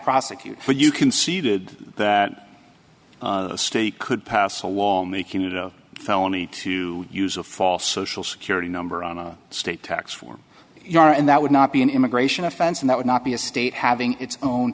prosecute you conceded that state could pass a law making it a felony to use a false social security number on a state tax form you are and that would not be an immigration offense and that would not be a state having its own